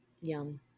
Yum